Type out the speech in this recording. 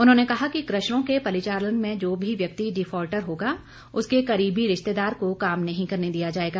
उन्होंने कहा कि क्रशरों के परिचालन में जो भी व्यक्ति डिफाल्टर होगा उसके करीबी रिश्तेदार को काम नहीं करने दिया जाएगा